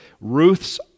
Ruth's